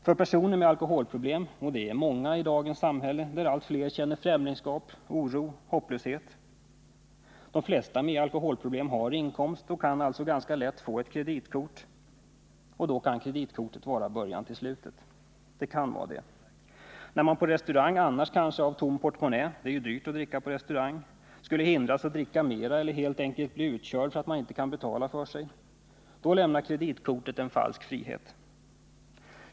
För personer med alkoholproblem — och det är många i dagens samhälle, där allt fler känner främlingskap, oro och hopplöshet; de flesta med alkoholproblem har inkomst och kan alltså ganska lätt få ett kreditkort — är detta kreditkort början till slutet. När man på restaurang annars kanske av en tom portmonnä — det är ju dyrt att supa på restaurang — skulle hindras från att dricka mera eller helt enkelt bli utkörd för att man inte kan betala för sig, lämnar kreditkortet en falsk frihet.